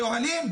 באוהלים?